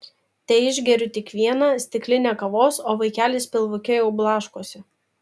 teišgeriu tik vieną stiklinę kavos o vaikelis pilvuke jau blaškosi